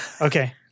Okay